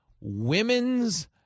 women's